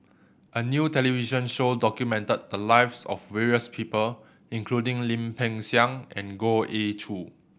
a new television show documented the lives of various people including Lim Peng Siang and Goh Ee Choo